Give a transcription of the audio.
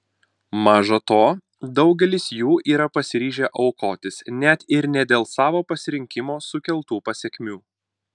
maža to daugelis jų yra pasiryžę aukotis net ir ne dėl savo pasirinkimo sukeltų pasekmių